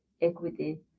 equity